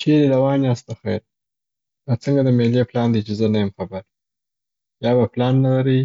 چیري روان یاست دخیره؟ دا څنګه د میلې پلان دی چې زه نه یم خبر. یا به پلان نه لري